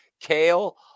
kale